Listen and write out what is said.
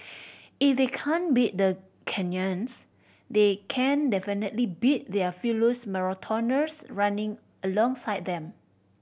if they can't beat the Kenyans they can definitely beat their marathoners running alongside them